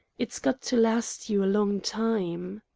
it's got to last you a long time!